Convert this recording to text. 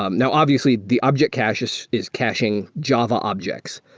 um now, obviously, the object cache is is cashing java objects,